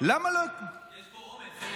יש פה עומס.